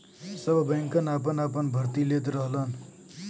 सब बैंकन आपन आपन भर्ती लेत रहलन